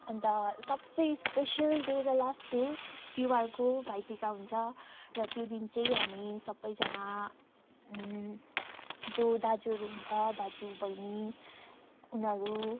अन्त सबसे special day र लास्ट डे तिहारको भाइटिका हुन्छ र त्यो दिन चाहिँ हामी सबैजना जो दाजुहरू हुन्छ दाजु बहिनी उनीहरू